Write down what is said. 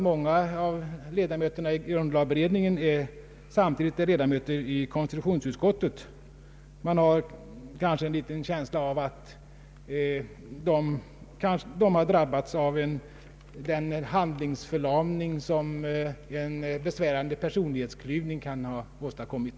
Många av ledamöterna i grundlagberedningen är ju samtidigt ledamöter i konstitutionsutskottet, och man kan få det intrycket att de har drabbats av den handlingsförlamning som en besvärande personlighetsklyvning kan ha åstadkommit.